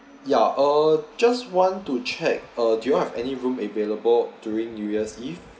ya uh just want to check uh do you all have any room available during new year's eve